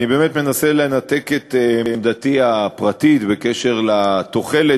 אני באמת מנסה לנתק את עמדתי הפרטית בקשר לתוחלת